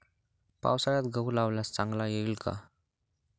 पावसाळ्यात गहू लावल्यास चांगला येईल का?